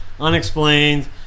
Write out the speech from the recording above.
unexplained